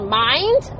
mind